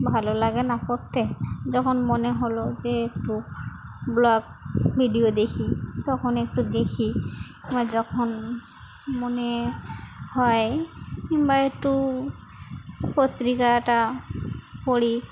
ভালো লাগে না পড়তে যখন মনে হল যে একটু ব্লগ ভিডিও দেখি তখন একটু দেখি বা যখন মনে হয় কিংবা একটু পত্রিকাটা পড়ি